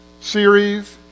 series